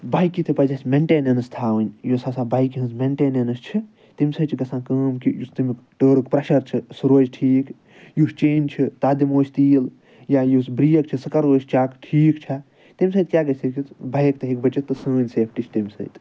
بایکہِ تہِ پَزِ اسہِ میٚنٹینیٚنٕس تھاوٕنۍ یُس ہسا بایکہِ ہنٛز میٚنٹینیٚنٕس چھِ تَمہِ سۭتۍ چھِ گژھان کٲم کہِ یُس تَمیٛک ٹٲرُک پرٛیٛشَر چھُ سُہ روزِ ٹھیٖک یُس چینٛج چھُ تَتھ دِمو أسۍ تیٖل یا یۄس برٛیک چھِ سۄ کرو أسۍ چیٚک ٹھیٖک چھا تَمہِ سۭتۍ کیٛاہ ہیٚکہِ گٔژھِتھ بایک تہِ ہیٚکہِ بٔچِتھ تہٕ سٲنۍ سیفٹی چھِ تَمہِ سۭتۍ